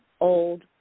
Old